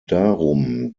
darum